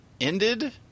ended